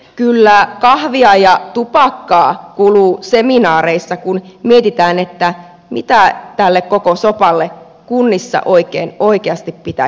kyllä kahvia ja tupakkaa kuluu seminaareissa kun mietitään mitä tälle koko sopalle kunnissa oikeasti pitäisi tehdä